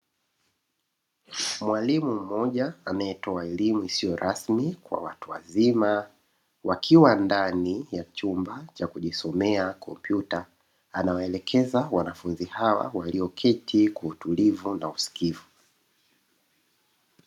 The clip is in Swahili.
Mwalimu mmoja anaetoa elimu isio rasmi kwa watu wazima wakiwa ndani ya chumba cha kujisomea kompyuta, anawaelekeza wanafunzi hawa walioketi kwa utulivu na usikivu.